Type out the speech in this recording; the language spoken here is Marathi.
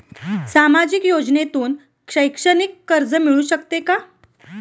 सामाजिक योजनेतून शैक्षणिक कर्ज मिळू शकते का?